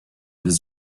his